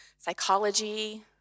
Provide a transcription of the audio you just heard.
psychology